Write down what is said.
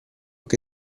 che